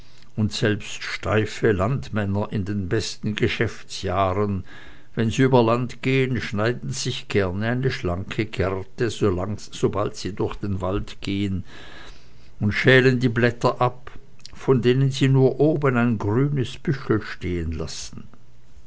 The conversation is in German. und selbst steife landmänner in den besten geschäftsjahren wenn sie über land gehen schneiden sich gern eine schlanke gerte sobald sie durch einen wald gehen und schälen die blätter ab von denen sie nur oben ein grünes büschel stehenlassen